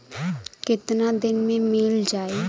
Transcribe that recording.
कितना दिन में मील जाई?